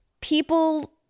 people